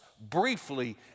briefly